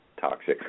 toxic